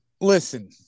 listen